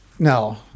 No